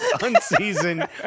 unseasoned